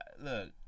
Look